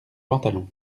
pantalons